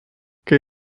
kai